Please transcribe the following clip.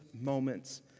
moments